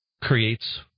creates